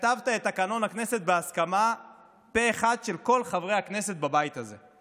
כתבת את תקנון הכנסת בהסכמה פה אחד של כל חברי הכנסת בבית הזה.